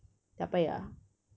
tak payah